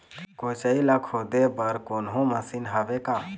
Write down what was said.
कोचई ला खोदे बर कोन्हो मशीन हावे का?